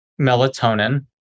melatonin